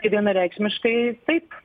tai vienareikšmiškai taip